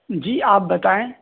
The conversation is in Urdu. جی آپ بتائیں